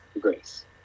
Grace